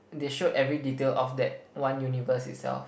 they showed every detail of that one universe itself